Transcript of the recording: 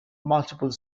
multiple